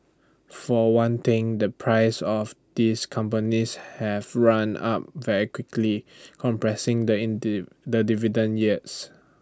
for one thing the prices of these companies have run up very quickly compressing the indie the dividend yields